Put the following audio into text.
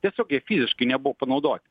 tiesiogiai jie fiziškai nebuvo panaudoti